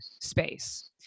space